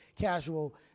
casual